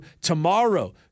tomorrow